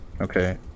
Okay